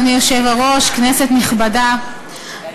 כנסת נכבדה,